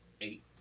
Eight